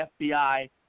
FBI